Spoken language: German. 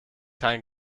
kein